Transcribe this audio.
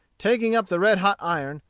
taking up the red-hot iron,